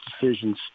decisions